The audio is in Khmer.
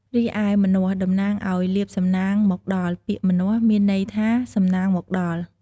រីឯម្នាស់តំណាងឱ្យ លាភសំណាងមកដល់ ពាក្យ "ម្នាស់" មានន័យថា "សំណាងមកដល់"។